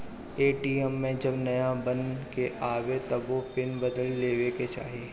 ATM जब नाया बन के आवे तबो पिन बदल लेवे के चाही